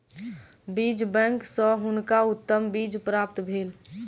बीज बैंक सॅ हुनका उत्तम बीज प्राप्त भेल